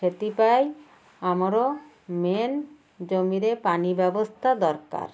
ସେଥିପାଇଁ ଆମର ମେନ୍ ଜମିରେ ପାଣି ବ୍ୟବସ୍ଥା ଦରକାର